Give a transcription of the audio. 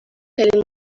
خیلی